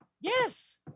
Yes